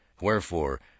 Wherefore